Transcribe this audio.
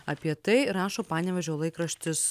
apie tai rašo panevėžio laikraštis